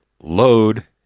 load